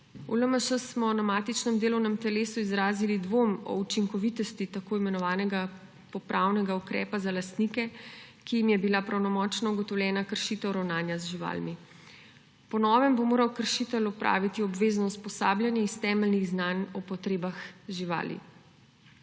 V LMŠ smo na matičnem delovnem telesu izrazili dvom o učinkovitosti tako imenovanega popravnega ukrepa za lastnike, ki jim je bila pravnomočno ugotovljena kršitev ravnanja z živalmi. Po novem bo moral kršitelj opraviti obvezno usposabljanje iz temeljih znanj o potrebah živali.